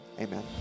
Amen